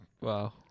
Wow